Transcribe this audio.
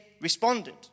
responded